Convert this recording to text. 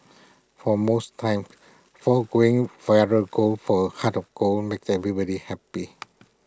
for most times foregoing viral gold for A heart of gold makes everybody happy